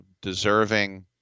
deserving